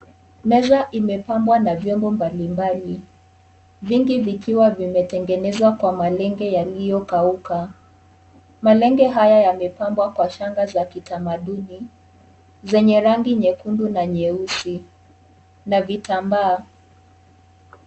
Meza imepambwa na vyombo mbalimbali, vingi vikiwa vimetengenezwa kwa malenge yaliokauka. Malenge haya yamepanbwa kwa shanga za kitamaduni zenye rangi nyekundu na nyeusi na vitamba.